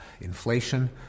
inflation